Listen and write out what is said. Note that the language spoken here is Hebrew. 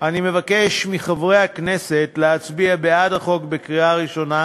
אני מבקש מחברי הכנסת להצביע בעד הצעת החוק בקריאה ראשונה